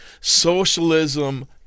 socialism